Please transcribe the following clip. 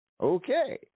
Okay